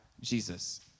Jesus